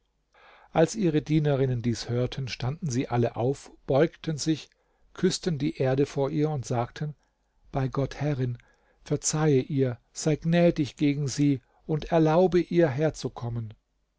als ihre dienerinnen dies hörten standen sie alle auf beugten sich küßten die erde vor ihr und sagten bei gott herrin verzeihe ihr sei gnädig gegen sie und erlaube ihr herzukommen